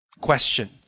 Question